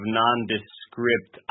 nondescript